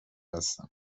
هستم